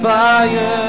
Fire